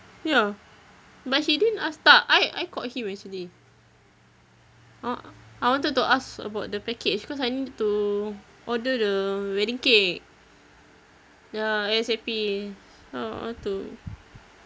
ya but he didn't ask tak I I called him actually I I wanted to ask about the package cause I need to order the wedding cake ya A_S_A_P I I want to